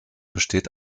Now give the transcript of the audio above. besteht